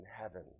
heaven